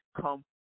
come